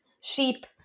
sheep